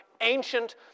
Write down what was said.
ancient